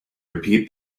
repeat